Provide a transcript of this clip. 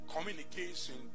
communication